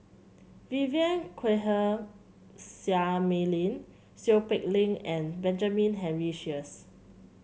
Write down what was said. Vivien Quahe Seah Mei Lin Seow Peck Leng and Benjamin Henry Sheares